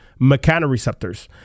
mechanoreceptors